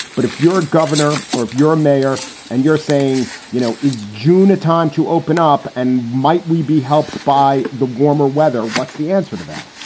but if you're a governor or if you're a mayor and you're saying, you know, is june a time to open up and might we be helped by the warmer weather? what's the answer to that?